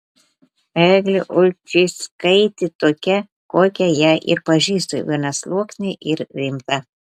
eglė ulčickaitė tokia kokią ją ir pažįstu vienasluoksnė ir rimta